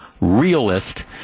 realist